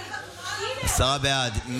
עשרה בעד.